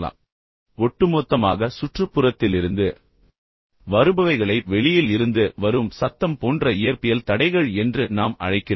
இப்போது ஒட்டுமொத்தமாக சுற்றுப்புறத்திலிருந்து வருபவைகளை வெளியில் இருந்து வரும் சத்தம் போன்ற இயற்பியல் தடைகள் என்று நாம் அழைக்கிறோம்